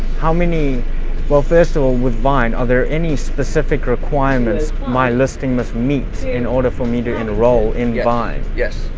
how many well festival. with vine, are there any specific requirements my listing must meet in order for me to enroll in the vine? yes,